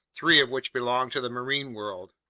three of which belong to the marine world.